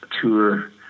tour